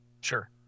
Sure